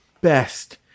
best